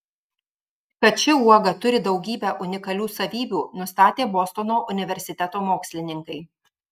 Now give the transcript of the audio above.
kad ši uoga turi daugybę unikalių savybių nustatė bostono universiteto mokslininkai